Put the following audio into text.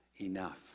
enough